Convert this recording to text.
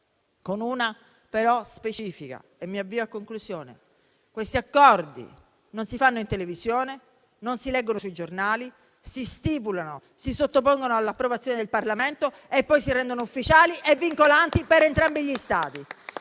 però una specificazione in conclusione: questi accordi non si fanno in televisione e non si leggono sui giornali; si stipulano, si sottopongono all'approvazione del Parlamento e poi si rendono ufficiali e vincolanti per entrambi gli Stati.